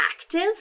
active